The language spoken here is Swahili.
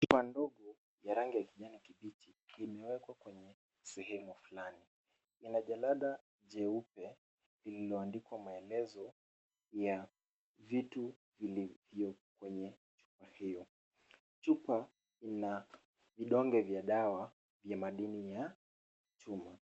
Chupa ndogo ya rangi ya kijani kibichi, imewekwa kwenye sehemu fulani. Ina jalada jeupe, lililoandikwa maelezo ya vitu vilivyo kwenye chupa hiyo. Chupa ina vidonge vya dawa ya madini ya chuma.